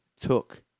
took